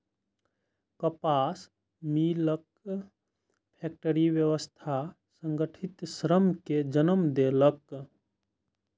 कपास मिलक फैक्टरी व्यवस्था संगठित श्रम कें जन्म देलक